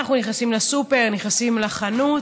אנחנו נכנסים לסופר, נכנסים לחנות.